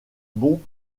bon